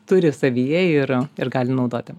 turi savyje ir ir gali naudoti